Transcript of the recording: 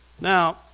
Now